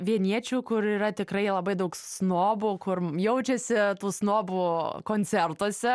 vieniečių kur yra tikrai labai daug snobų kur jaučiasi tų snobų koncertuose